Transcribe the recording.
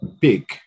big